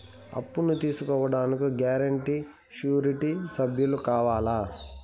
అప్పును తీసుకోడానికి guarantee, surety సభ్యులు కావాలా?